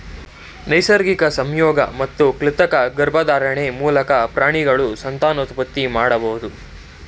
ನೈಸರ್ಗಿಕ ಸಂಯೋಗ ಮತ್ತು ಕೃತಕ ಗರ್ಭಧಾರಣೆ ಮೂಲಕ ಪ್ರಾಣಿಗಳು ಸಂತಾನೋತ್ಪತ್ತಿ ಮಾಡಬೋದು